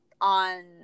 on